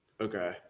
Okay